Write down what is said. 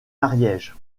ariège